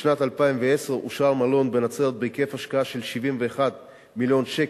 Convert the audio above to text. בשנת 2010 אושר מלון בנצרת בהיקף השקעה של 71 מיליון שקל,